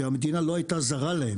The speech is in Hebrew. שהמדינה לא הייתה זרה להן,